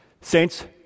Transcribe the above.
Saints